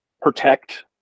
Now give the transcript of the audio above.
protect